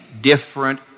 different